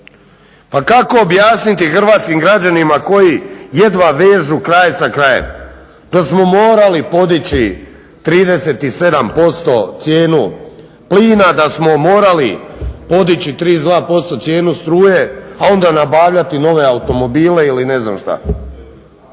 Pa kako objasniti hrvatskim građanima koji jedva vežu kraj sa krajem da smo morali podići 37% cijenu plina, da smo morali podići 32% cijenu struje a onda nabavljati nove automobile ili ne znam što?